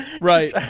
Right